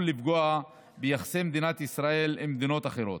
לפגוע ביחסי מדינת ישראל עם מדינות אחרות.